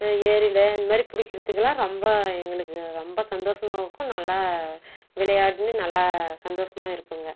ஏரியில் இந்த மாதிரி பிடிக்கறத்துக்கெல்லாம் ரொம்ப எங்களுக்கு ரொம்ப சந்தோசமாவும் இருக்கும் நல்ல விளையாட்டுனா நல்ல சந்தோசமாவும் இருக்குதுங்க